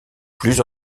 plus